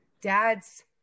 dads